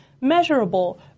measurable